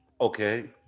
okay